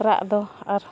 ᱨᱟᱜ ᱫᱚ ᱟᱨ